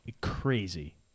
crazy